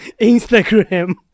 Instagram